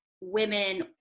women